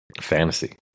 Fantasy